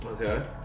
Okay